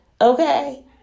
Okay